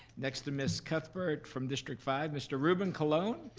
next to miss cuthbert from district five, mr. ruben colon.